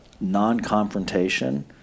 non-confrontation